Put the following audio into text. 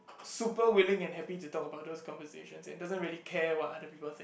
super willing and happy to talk about those conversations and doesn't really care what other people think